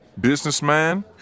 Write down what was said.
businessman